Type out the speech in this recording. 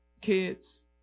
kids